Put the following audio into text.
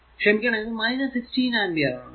ക്ഷമിക്കണം ഇത് 16 ആമ്പിയർ ആണ്